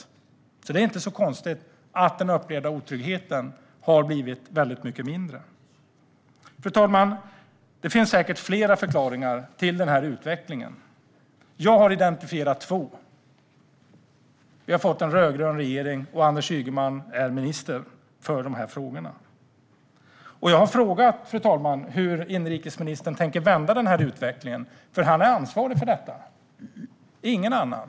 Det är alltså inte så konstigt att den upplevda otryggheten har blivit väldigt mycket större. Fru ålderspresident! Det finns säkert flera förklaringar till den här utvecklingen. Jag har identifierat två: Vi har fått en rödgrön regering, och Anders Ygeman är minister för de här frågorna. Jag har frågat, fru ålderspresident, hur inrikesministern tänker vända utvecklingen, för han är ansvarig för den, ingen annan.